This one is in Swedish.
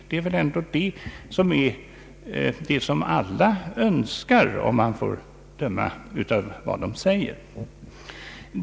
Det är väl ändå en sak som alla önskar, om man får döma av vad som sägs.